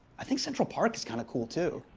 i think central park's kinda cool, too.